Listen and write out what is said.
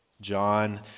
John